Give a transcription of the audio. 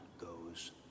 goes